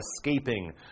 escaping